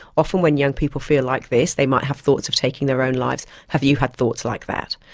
often when young people feel like this, they might have thoughts of taking their own lives, have you had thoughts like that,